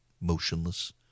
motionless